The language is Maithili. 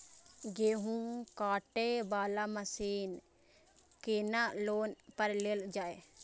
गेहूँ काटे वाला मशीन केना लोन पर लेल जाय?